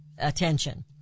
attention